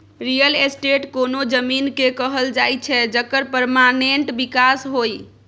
real estate कोनो जमीन केँ कहल जाइ छै जकर परमानेंट बिकास होइ